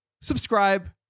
subscribe